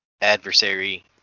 adversary